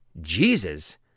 Jesus